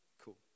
Cool